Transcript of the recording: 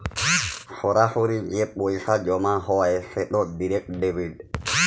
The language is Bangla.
সরাসরি যে পইসা জমা হ্যয় সেট ডিরেক্ট ডেবিট